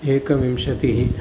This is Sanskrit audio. एकविंशतिः